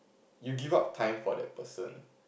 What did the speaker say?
you give up time for that person